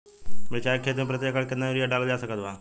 मिरचाई के खेती मे प्रति एकड़ केतना यूरिया डालल जा सकत बा?